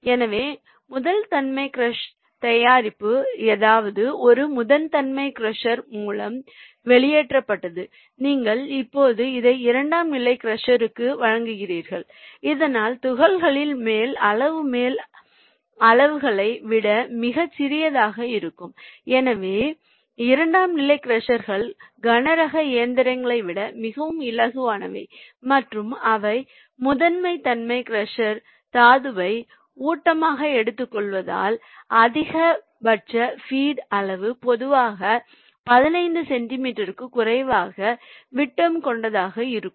எனவே முதன்மை க்ரஷர் தயாரிப்பு எதுவோ அது முதன்மை க்ரஷர் மூலம் வெளியேற்றப்பட்டது நீங்கள் இப்போது அதை இரண்டாம் நிலை க்ரஷர்க்கு வழங்குகிறீர்கள் இதனால் துகள்களின் மேல் அளவுகள் மேல் அளவுகளை விட மிகச் சிறியதாக இருக்கும் எனவே இரண்டாம் நிலை க்ரஷர்கள் கனரக இயந்திரங்களை விட மிகவும் இலகுவானவை மற்றும் அவை முதன்மை க்ரஷ் தாதுவை ஊட்டமாக எடுத்துக் கொள்வதால் அதிகபட்ச ஃபீட் அளவு பொதுவாக 15 சென்டிமீட்டருக்கும் குறைவான விட்டம் கொண்டதாக இருக்கும்